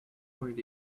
point